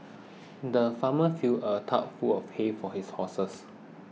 the farmer filled a trough full of hay for his horses